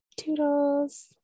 Toodles